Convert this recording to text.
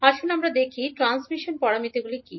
আসুন আমরা দেখি ট্রান্সমিশন প্যারামিটারগুলি কী